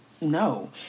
no